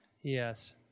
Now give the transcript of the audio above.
Yes